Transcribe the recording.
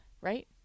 right